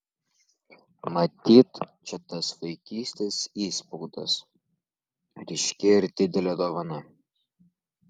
matyt čia tas vaikystės įspaudas ryški ir didelė dovana